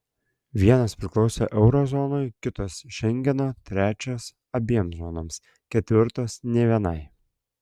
vienos priklauso euro zonai kitos šengeno trečios abiem zonoms ketvirtos nė vienai